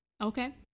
Okay